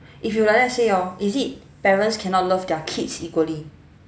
if you like that say orh is it parents cannot love their kids equally